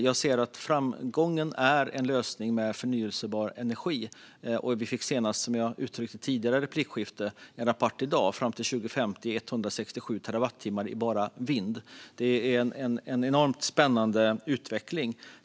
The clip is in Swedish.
Jag ser att framgången är en lösning med förnybar energi. Som jag sa i tidigare replikskifte fick vi i dag en rapport om att det fram till 2050 handlar om 167 terawattimmar i bara vindkraft. Det är en enormt spännande utveckling.